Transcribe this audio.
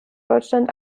deutschland